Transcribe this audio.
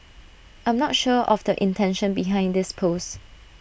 I'm not sure of the intention behind this post